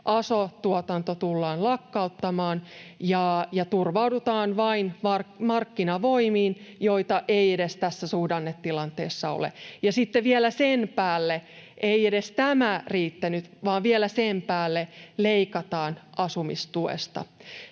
aso-tuotanto tullaan lakkauttamaan ja turvaudutaan vain markkinavoimiin, joita ei tässä suhdannetilanteessa edes ole. Ja sitten vielä sen päälle — ei edes tämä riittänyt, vaan vielä sen päälle — leikataan asumistuesta.